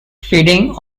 feeding